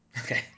Okay